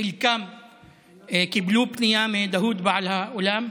חלקם קיבלו פנייה מדאוד, בעל האולם.